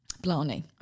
Blarney